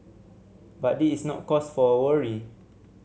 but this is no cause for worry